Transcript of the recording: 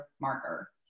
marker